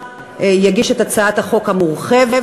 יגישו את הצעת החוק המורחבת,